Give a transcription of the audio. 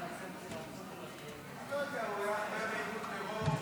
בטרור --- הוא היה חבר בארגון טרור,